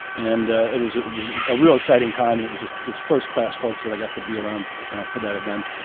and it was a real exciting time and it was just just first-class folks that i got to be around for that event.